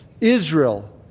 Israel